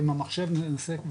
עם המחשב למעשה,